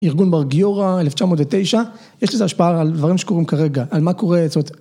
ארגון בר גיורא, 1909, יש לזה השפעה על דברים שקורים כרגע, על מה קורה... זאת אומרת...